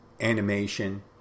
animation